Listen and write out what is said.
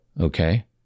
okay